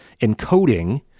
encoding